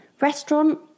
restaurant